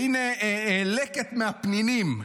והינה לקט מהפנינים: